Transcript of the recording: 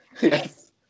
Yes